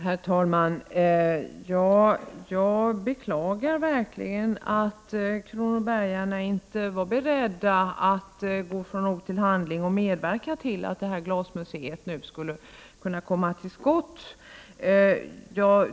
Herr talman! Jag beklagar verkligen att kronobergarna inte var beredda att gå från ord till handling och medverka till ett glasmuseum.